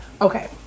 okay